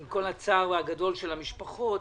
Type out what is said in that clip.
עם כל הצער הגדול של המשפחות,